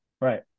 Right